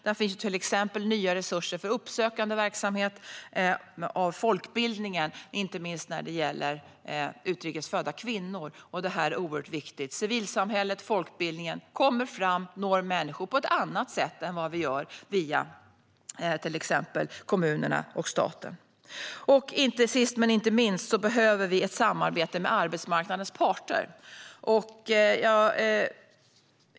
Där finns till exempel nya resurser för uppsökande verksamhet inom folkbildningen, inte minst när det gäller utrikes födda kvinnor. Detta är oerhört viktigt. Civilsamhället och folkbildningen kommer fram och når människor på ett annat sätt än vad vi gör via till exempel kommunerna och staten. Sist men inte minst behöver vi samarbete med arbetsmarknadens parter.